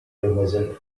demoiselle